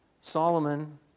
Solomon